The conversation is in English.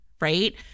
right